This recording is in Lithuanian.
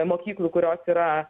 mokyklų kurios yra